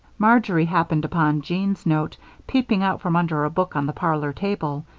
marjory happened upon jean's note peeping out from under a book on the parlor table.